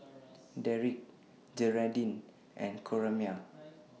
Derik Jeraldine and Coraima